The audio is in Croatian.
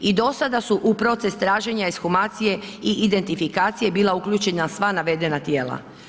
I do sada su u proces traženja ekshumacije i identifikacije bila uključena sva navedena tijela.